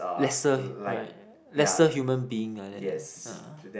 lesser right lesser human being like that ah